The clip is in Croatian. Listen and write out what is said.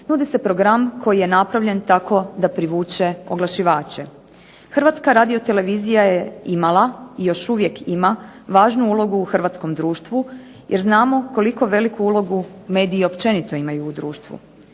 nudi se program koji je napravljen tako da privuče oglašivače. HRT-a je imala i još uvijek ima važnu ulogu u hrvatskom društvu, jer znamo koliko veliku ulogu mediji općenito imaju u društvu.